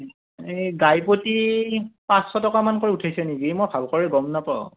এই গাইপতি পাঁচশ টকামানকৈ উঠাইছে নেকি মই ভালকৈ গম নাপাওঁ